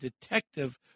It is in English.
detective